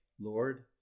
Lord